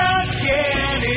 again